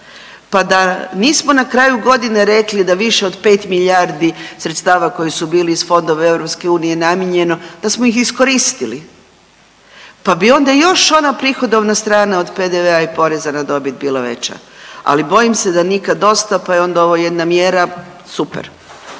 pa da nismo na kraju godine rekli da više od 5 milijardi sredstava koji su bili iz fondova EU namijenjeno da smo ih iskoristili, pa bi onda još ona prihodovna strana od PDV-a i poreza na dobit bila veća, ali bojim se da nikad dosta, pa je onda ovo jedna mjera super.